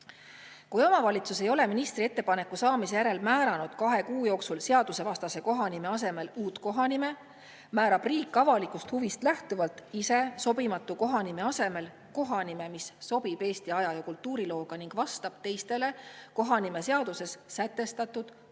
Kui omavalitsus ei ole ministri ettepaneku saamise järel määranud kahe kuu jooksul seadusevastase kohanime asemel uut kohanime, määrab riik avalikust huvist lähtuvalt ise sobimatu kohanime asemel kohanime, mis sobib Eesti aja- ja kultuurilooga ning vastab teistele kohanimeseaduses sätestatud kohanime